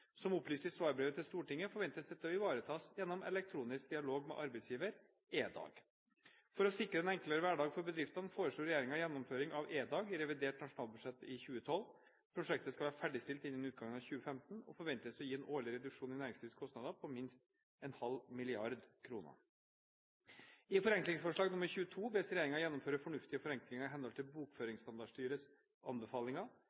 Som opplyst i svarbrevet til Stortinget forventes dette å ivaretas gjennom elektronisk dialog med arbeidsgiver, EDAG. For å sikre en enklere hverdag for bedriftene forslo regjeringen gjennomføring av EDAG i revidert nasjonalbudsjett for 2012. Prosjektet skal være ferdigstilt innen utgangen av 2015 og forventes å gi en årlig reduksjon i næringslivets kostnader på minst 0,5 mrd. kr. I forenklingsforslag 22 bes regjeringen gjennomføre fornuftige forenklinger i henhold til